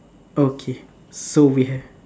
okay so we have